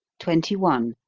twenty one.